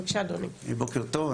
בוקר טוב.